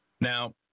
Now